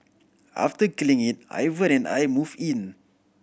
after killing it Ivan and I moved in